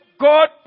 God